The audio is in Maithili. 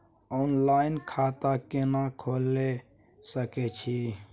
ऑनलाइन खाता केना खोले सकै छी?